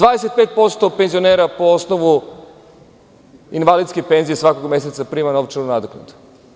25% penzionera po osnovu invalidske penzije svakog meseca prima novčanu nadoknadu.